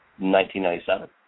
1997